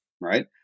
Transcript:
right